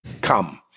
come